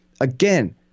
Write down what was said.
Again